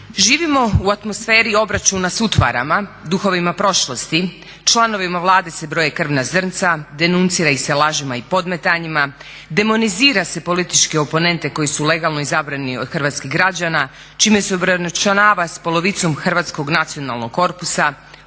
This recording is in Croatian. Živimo u atmosferi obračuna s utvarama, duhovima prošlosti, članovima Vlade se broje krvna zrnca, denuncira ih se lažima i podmetanjima, demonizira se političke oponente koji su legalno izabrani od hrvatskih građana čime se obračunava sa polovicom hrvatskog nacionalnog korpusa,